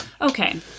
Okay